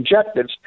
objectives